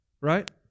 right